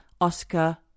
Oscar